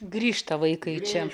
grįžta vaikai čia